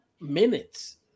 minutes